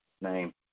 name